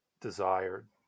desired